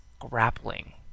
grappling